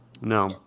No